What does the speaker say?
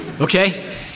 okay